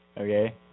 Okay